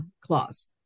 clause